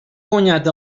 guanyat